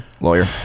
lawyer